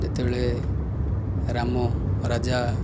ଯେତବେଳେ ରାମ ରାଜା